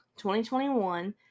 2021